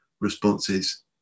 responses